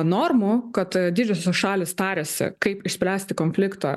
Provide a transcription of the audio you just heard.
normų kad didžiosios šalys tariasi kaip išspręsti konfliktą